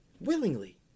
Willingly